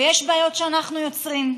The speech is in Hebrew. ויש בעיות שאנחנו יוצרים,